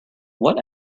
what